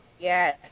Yes